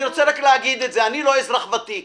אני לא אזרח ותיק